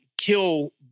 kill